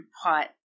Hot